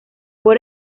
por